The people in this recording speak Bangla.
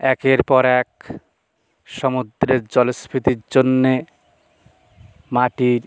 একের পর এক সমুদ্রের জলস্ফীতির জন্যে মাটির